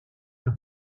los